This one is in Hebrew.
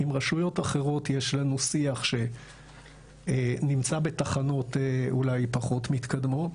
עם רשויות אחרות יש לנו שיח שנמצא בתחנות אולי פחות מתקדמות,